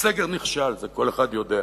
הסגר נכשל, זה כל אחד יודע.